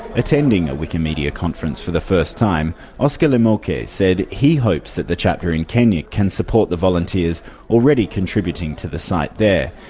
attending a wikimedia conference for the first time, oscar limoke said he hopes that the chapter in kenya can support the volunteers already contributing to the site there.